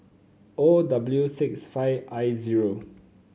O W six five I zero